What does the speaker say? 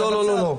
לא, לא.